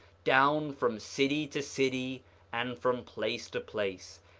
down from city to city and from place to place,